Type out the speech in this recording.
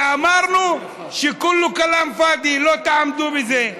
ואמרנו שכולו כלאם פאדי, לא תעמדו בזה.